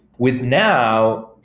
with now,